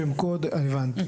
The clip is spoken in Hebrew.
שם קוד מובן.